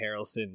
Harrelson